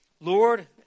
Lord